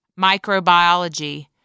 Microbiology